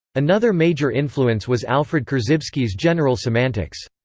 another major influence was alfred korzybski's general semantics.